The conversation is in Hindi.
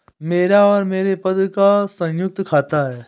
मेरा और मेरे पति का संयुक्त खाता है